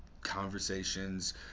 conversations